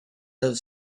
have